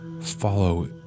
follow